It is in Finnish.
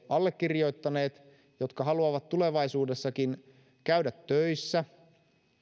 allekirjoittaneet jotka haluavat tulevaisuudessakin käydä töissä